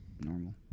normal